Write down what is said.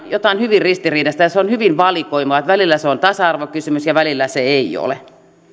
jotain hyvin ristiriitaista ja se on hyvin valikoivaa välillä se on tasa arvokysymys ja välillä se ei ole